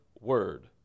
word